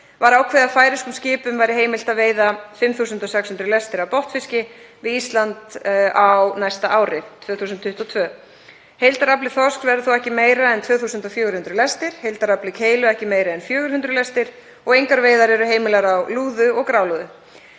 var ákveðið að færeyskum skipum væri heimilt að veiða 5.600 lestir af botnfiski við Ísland á næsta ári, 2022. Heildarafli þorsks verður þó ekki meira en 2.400 lestir, heildarafli keilu ekki meiri en 400 lestir og engar veiðar eru heimilaðar á lúðu og grálúðu.